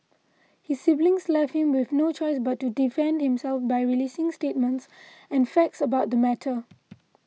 his siblings left him with no choice but to defend himself by releasing statements and facts about the matter